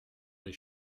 des